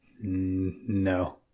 No